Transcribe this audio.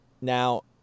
Now